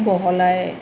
বহলাই